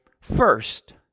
first